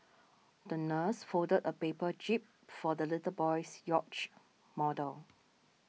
the nurse folded a paper jib for the little boy's yacht model